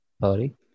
Sorry